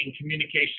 communication